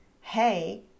hey